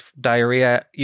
diarrhea